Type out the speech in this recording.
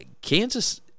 Kansas